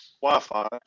Wi-Fi